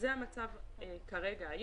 זה המצב כרגע,